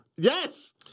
Yes